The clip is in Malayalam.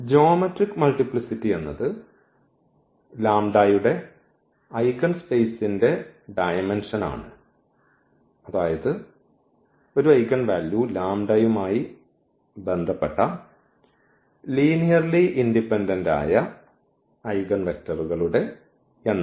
ജ്യോമെട്രിക് മൾട്ടിപ്ലിസിറ്റി എന്നത് ലാംബഡയുടെ ഐഗൻസ്പേസിന്റെ ഡയമെൻഷൻ ആണ് അതായത് ഒരു ഐഗൻവാല്യൂ ലാംഡയുമായി ബന്ധപ്പെട്ട ലീനിയർലി ഇൻഡിപെൻഡന്റ് ആയ ഐഗൻവെക്ടറുകളുടെ എണ്ണം